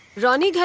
ronnie!